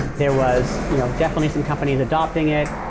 there was you know definitely some companies adapting it.